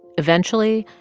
eventually,